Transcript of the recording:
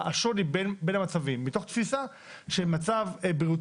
השוני בין המצבים מתוך תפיסה שמצב בריאותי